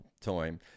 time